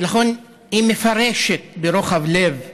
ולכן היא מפרשת ברוחב לב דברים,